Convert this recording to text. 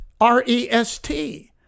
R-E-S-T